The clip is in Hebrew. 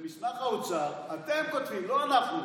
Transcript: במסמך האוצר אתם כותבים, לא אנחנו,